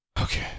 Okay